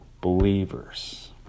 believers